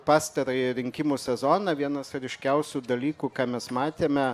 pastarąjį rinkimų sezoną vienas ryškiausių dalykų ką mes matėme